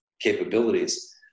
capabilities